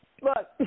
look